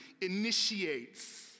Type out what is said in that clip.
initiates